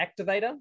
Activator